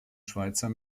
schweizer